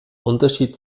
unterschied